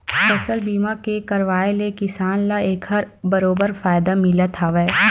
फसल बीमा के करवाय ले किसान ल एखर बरोबर फायदा मिलथ हावय